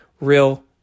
real